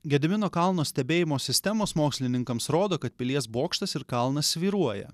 gedimino kalno stebėjimo sistemos mokslininkams rodo kad pilies bokštas ir kalnas svyruoja